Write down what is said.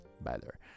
better